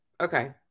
Okay